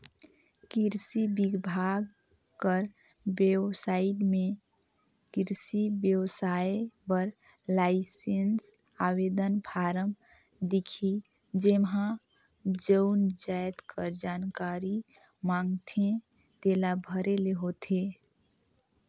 किरसी बिभाग कर बेबसाइट में किरसी बेवसाय बर लाइसेंस आवेदन फारम दिखही जेम्हां जउन जाएत कर जानकारी मांगथे तेला भरे ले होथे